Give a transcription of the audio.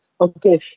Okay